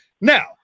now